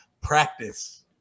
practice